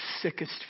sickest